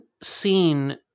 seen